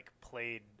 played